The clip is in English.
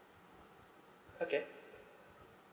okay